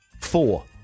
four